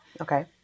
Okay